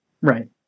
right